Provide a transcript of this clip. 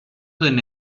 δεν